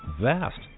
vast